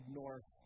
north